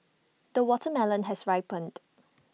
the watermelon has ripened